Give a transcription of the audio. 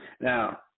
Now